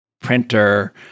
printer